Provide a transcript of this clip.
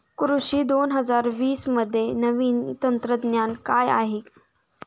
कृषी दोन हजार वीसमध्ये नवीन तंत्रज्ञान काय आहे?